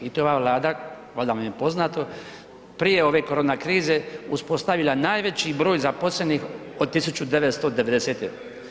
I to je ova Vlada, valjda vam je poznato, prije ove korona krize uspostavila najveći broj zaposlenih od 1990.